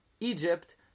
Egypt